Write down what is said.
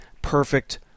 perfect